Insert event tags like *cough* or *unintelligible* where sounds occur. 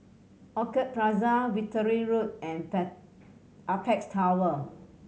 Orchid Plaza Wittering Road and *unintelligible* Apex Tower